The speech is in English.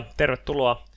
tervetuloa